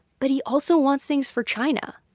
but he also wants things for china.